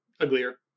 uglier